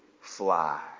fly